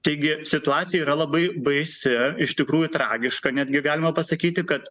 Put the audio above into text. taigi situacija yra labai baisi iš tikrųjų tragiška netgi galima pasakyti kad